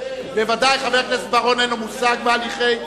ובוודאי חבר הכנסת בר-און אין לו מושג בהליכים,